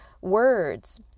words